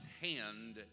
hand